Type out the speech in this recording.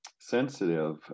sensitive